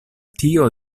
tio